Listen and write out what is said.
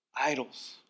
idols